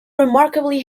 remarkably